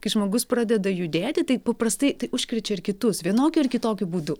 kai žmogus pradeda judėti tai paprastai tai užkrečia ir kitus vienokiu ar kitokiu būdu